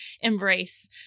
embrace